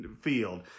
field